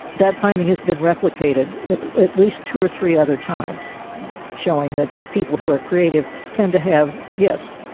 that finding has been replicated at least two or three other times showing that people who are creative tend to have yes,